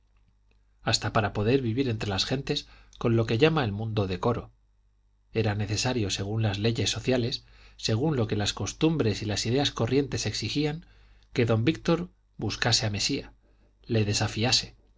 hasta para poder vivir entre las gentes con lo que llama el mundo decoro era necesario según las leyes sociales según lo que las costumbres y las ideas corrientes exigían que don víctor buscase a mesía le desafiase